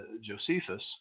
Josephus